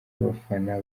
abafana